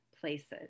places